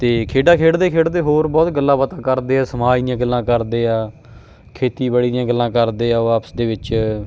ਅਤੇ ਖੇਡਾਂ ਖੇਡਦੇ ਖੇਡਦੇ ਹੋਰ ਬਹੁਤ ਗੱਲਾਂ ਬਾਤਾਂ ਕਰਦੇ ਆ ਸਮਾਜ ਦੀਆਂ ਗੱਲਾਂ ਕਰਦੇ ਆ ਖੇਤੀਬਾੜੀ ਦੀਆਂ ਗੱਲਾਂ ਕਰਦੇ ਆ ਉਹ ਆਪਸ ਦੇ ਵਿੱਚ